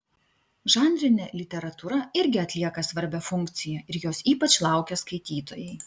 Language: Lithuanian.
žanrinė literatūra irgi atlieka svarbią funkciją ir jos ypač laukia skaitytojai